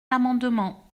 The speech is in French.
l’amendement